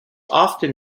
often